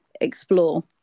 explore